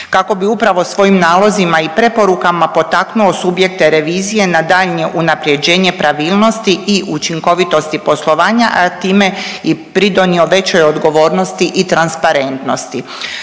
kako bi upravo svojim nalozima i preporukama potaknuo subjekte revizije na daljnje unapređenje pravilnosti i učinkovitosti poslovanja, a time i pridonio većoj odgovornosti i transparentnosti.